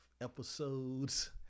episodes